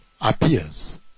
appears